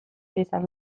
izan